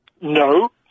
No